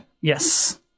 Yes